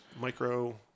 micro